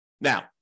Now